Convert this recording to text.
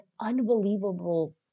unbelievable